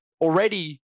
already